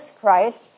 Christ